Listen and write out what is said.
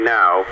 now